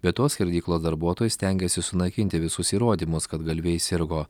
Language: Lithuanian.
be to skerdyklos darbuotojai stengiasi sunaikinti visus įrodymus kad galvijai sirgo